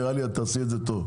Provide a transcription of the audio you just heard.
נראה לי שאת תעשי את זה טוב.